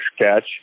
catch